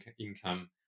income